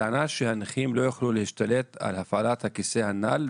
בטענה שהנכים לא יוכלו להשתלט על הפעלת הכיסא הנ"ל,